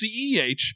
CEH